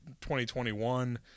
2021